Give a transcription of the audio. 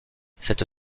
cette